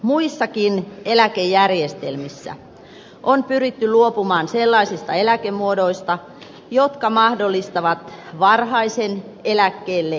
muissakin eläkejärjestelmissä on pyritty luopumaan sellaisista eläkemuodoista jotka mahdollistavat varhaisen eläkkeelle jäämisen